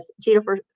Jennifer